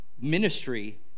ministry